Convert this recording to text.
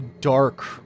dark